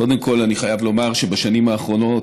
קודם כול, אני חייב לומר שבשנים האחרונות